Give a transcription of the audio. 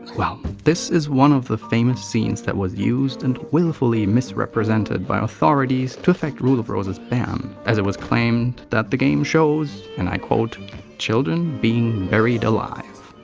well. this is one of the famous scenes that was used and willfully misrepresented by authorities to effect rule of rose's ban as it was claimed that the game shows, and i quote children being buried alive.